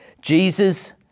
Jesus